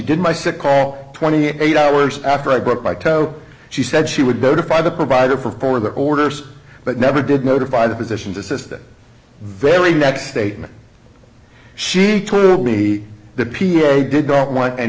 did my sick call twenty eight hours after i broke my toe she said she would notify the provider for the orders but never did notify the physician's assistant very next statement she told me that p s a did not wan